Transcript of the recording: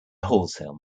wholesale